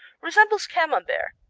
resembles camembert.